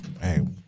Hey